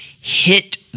hit